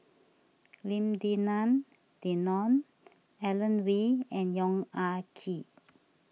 Lim Denan Denon Alan Oei and Yong Ah Kee